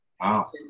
Wow